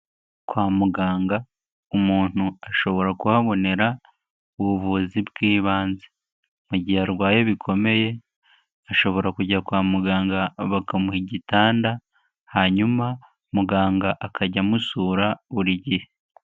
Kwa muganga umuntu ashobora kuhabonera ubuvuzi bw'ibanze, mu gihe arwaye bikomeye ashobora kujya kwa muganga bakamuha igitanda, hanyuma muganga akajya amusura buri gihe.